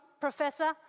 Professor